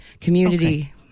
community